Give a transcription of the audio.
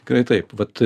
tikrai taip vat